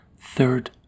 third